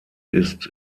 ist